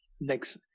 next